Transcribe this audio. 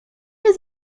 nie